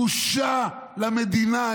בושה למדינה.